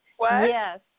yes